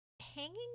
hanging